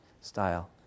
style